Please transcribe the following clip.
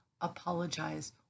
apologize